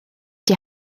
die